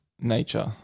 nature